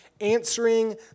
answering